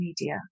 media